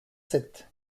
sept